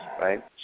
right